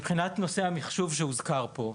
מבחינת נושא המחשוב שהוזכר פה.